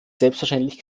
selbstverständlich